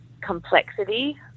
complexity